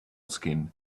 skin